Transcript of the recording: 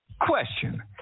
Question